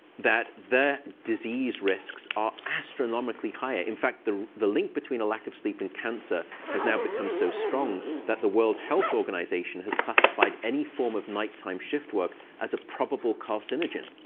that their disease risks are astronomically higher. in fact, the the link between a lack of sleep and cancer has now become so strong that the world health organization has classified any form of nighttime shift work as a probable carcinogen.